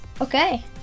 Okay